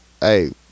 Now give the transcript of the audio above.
Hey